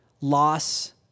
loss